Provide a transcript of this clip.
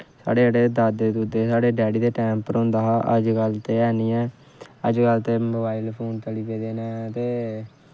साढ़े जेह्ड़े दादे दूदे साढ़े डैड़ी दे टैम होंदा हा अज्ज दे टैम ते है निं ऐ अजकल्ल ते मोबाइल फोन चली पेदे न ते